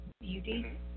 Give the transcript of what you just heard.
beauty